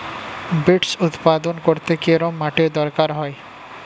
Beets উৎপাদন করতে কেরম মাটির দরকার হয়?